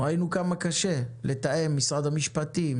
ראינו כמה קשה לתאם עם משרד המשפטים,